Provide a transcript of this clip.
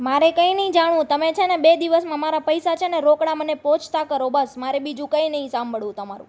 મારે કંઈ નથી જાણવું તમે છેને બે દિવસમાં મારા પૈસા છેને રોકડા મને પહોંચતા કરો બસ મારે બીજું કંઈ નથી સાંભળવું તમારું